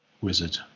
wizard